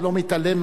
הוא רק אומר,